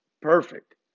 perfect